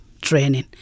training